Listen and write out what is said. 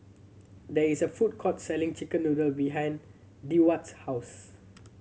there is a food court selling chicken noodle behind Deward's house